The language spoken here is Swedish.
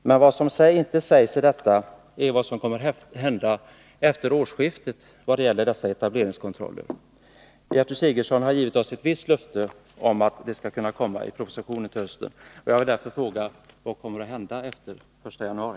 Men det som inte sägs är vad som kommer att hända efter årsskiftet vad gäller dessa etableringskontroller. Gertrud Sigurdsen har givit oss ett visst löfte om att det skall komma en proposition till hösten. Jag vill därför fråga: Vad kommer att hända efter den 1 januari?